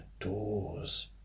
adores